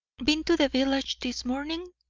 been to the village this morning?